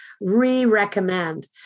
re-recommend